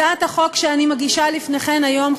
הצעת החוק שאני מגישה לפניכן היום,